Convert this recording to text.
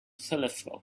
telescope